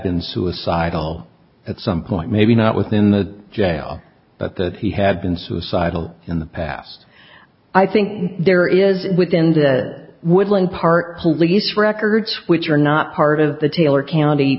been suicidal at some point maybe not within the jail but that he had been suicidal in the past i think there is within the woodland park police records which are not part of the taylor